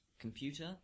computer